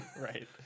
right